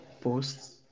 posts